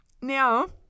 now